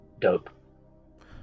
Dope